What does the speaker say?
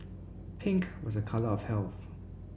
pink was a colour of health